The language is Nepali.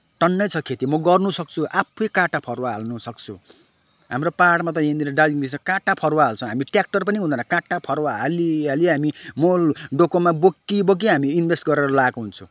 टन्नै छ खेती म गर्नसक्छु आफै काँटा फरुवा हाल्नसक्छु हाम्रो पाहाडमा त यहाँनिर दार्जिलिङमा त काँटा फरुवा हाल्छ हामी ट्र्याक्टर पनि हुँदैन काँटा फरुवा हालीहाली हामी मल डोकोमा बोकीबोकी हामी इन्भेस्ट गरेर लगाएका हुन्छौँ